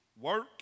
Work